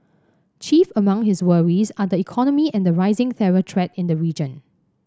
chief among his worries are the economy and the rising terror threat in the region